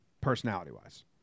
Personality-wise